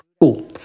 Cool